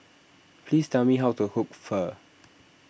please tell me how to cook Pho